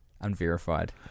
Unverified